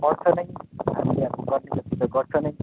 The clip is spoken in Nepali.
गर्छ नै हामीले अब गर्ने जति त गर्छ नै